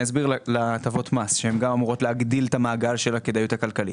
הטבות המס שאמורות להגדיל את המעגל של הכדאיות הכלכלית.